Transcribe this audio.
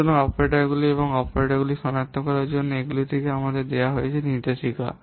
সুতরাং অপারেটরগুলি এবং অপারেটরগুলি সনাক্ত করার জন্য এগুলি আমাদের দেওয়া নির্দেশিকা